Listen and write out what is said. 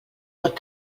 pot